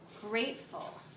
grateful